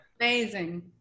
Amazing